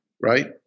Right